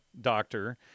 doctor